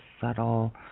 subtle